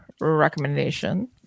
recommendation